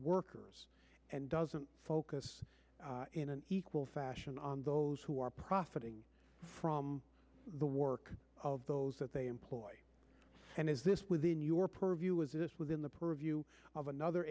workers and doesn't focus in an equal fashion on those who are profiting from the work of those that they employ and is this within your purview was this within the purview of another